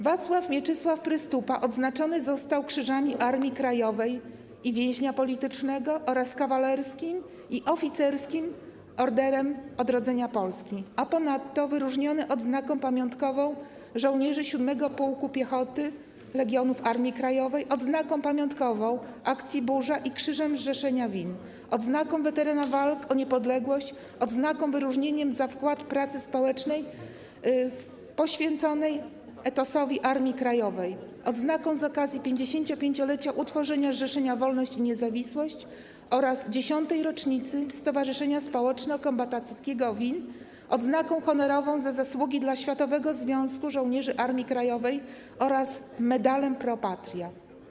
Wacław Mieczysław Prystupa odznaczony został Krzyżami: Armii Krajowej i Więźnia Politycznego oraz Kawalerskim i Oficerskim Orderu Odrodzenia Polski, a ponadto wyróżniony Odznaką Pamiątkową Żołnierzy 7. Pułku Piechoty Legionów Armii Krajowej, Odznaką Pamiątkową Akcji „Burza” i Krzyżem Zrzeszenia WiN, Odznaką „Weteran Walk o Niepodległość”, Odznaką - Wyróżnieniem „Za wkład pracy społecznej poświęconej etosowi Armii Krajowej”, Odznaką 'Z okazji 55-lecia utworzenia zrzeszenia „Wolność i niezawisłość' oraz Odznaką „Z okazji 10. Rocznicy Stowarzyszenia Społeczno-Kombatanckiego WiN”, Odznaką Honorową „Za zasługi dla Światowego Związku Żołnierzy Armii Krajowej” oraz Medalem „Pro Patria”